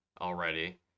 already